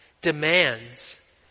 demands